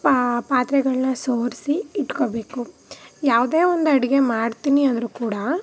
ಪಾತ್ರೆಗಳನ್ನ ಸೋರಿಸಿ ಇಟ್ಕೊಳ್ಬೇಕು ಯಾವ್ದೇ ಒಂದು ಅಡುಗೆ ಮಾಡ್ತೀನಿ ಅಂದರು ಕೂಡಾ